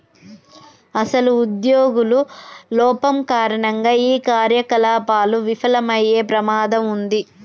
అసలు ఉద్యోగుల లోపం కారణంగా ఈ కార్యకలాపాలు విఫలమయ్యే ప్రమాదం ఉంది